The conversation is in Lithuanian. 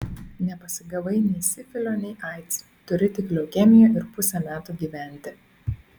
nepasigavai nei sifilio nei aids turi tik leukemiją ir pusę metų gyventi